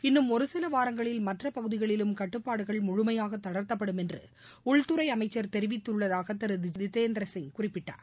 இன்னும் ஒருசில வாரங்களில் மற்ற பகுதிகளிலும் கட்டுப்பாடுகள் முழுமையாக தளர்த்தப்படும் என்று உள்துறை அமைச்சர் தெரிவித்துள்ளதாக திரு ஜித்தேந்திர சிங் குறிப்பிட்டார்